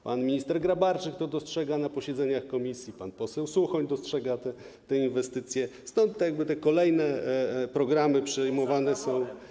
Pan minister Grabarczyk dostrzega to na posiedzeniach komisji, pan poseł Suchoń dostrzega te inwestycje, stąd jakby te kolejne programy przyjmowane są.